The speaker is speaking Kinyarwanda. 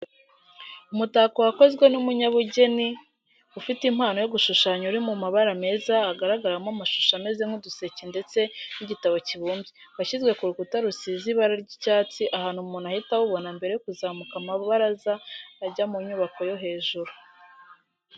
Umutako wakozwe n'umunyabugeni ufite impano yo gushushanya, uri mu mabara meza hagaragaramo amashusho ameze nk'uduseke ndetse n'igitabo kibumbuye, washyizwe ku rukuta rusize ibara ry'icyatsi ahantu umuntu ahita awubona mbere yo kuzamuka amabaraza ajya mu nyubako yo hejuru.